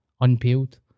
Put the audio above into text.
Unpeeled